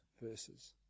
verses